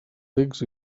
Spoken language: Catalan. text